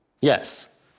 Yes